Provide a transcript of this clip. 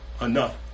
enough